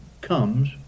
comes